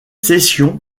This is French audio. sessions